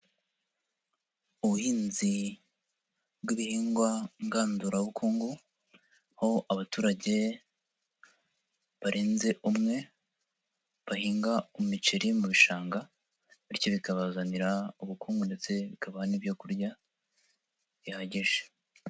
Ubuhinzi bw'ibihingwa ngandurabukungu aho abaturage barenze umwe bahinga umuceri mu bishanga bityo bikabazanira ubukungu ndetse bikabaha n'ibyo kurya bihagije.